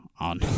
on